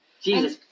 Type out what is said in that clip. Jesus